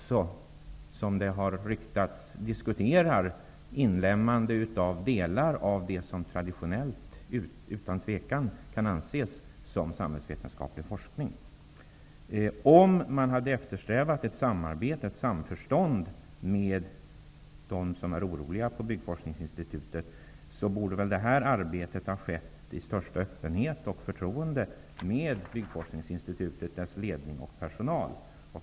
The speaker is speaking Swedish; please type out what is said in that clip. Som det har ryktats diskuterar man även inlemmande i byggforskningen av delar av det som traditionellt utan tvekan kan anses som samhällsvetenskaplig forskning. Om man hade eftersträvat ett samarbete och ett samförstånd med dem som är oroliga på Byggforskningsinstitutet, borde det här arbetet ha skett i största öppenhet och med förtroende för Byggforskningsinstitutet, dess ledning och personal.